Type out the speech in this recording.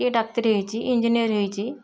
କିଏ ଡ଼ାକ୍ତର ହେଇଛି ଇଂଜିନିୟର ହେଇଛି